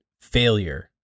failure